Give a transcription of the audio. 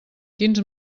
quins